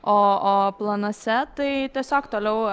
o o planuose tai tiesiog toliau